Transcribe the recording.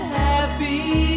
happy